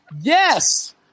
Yes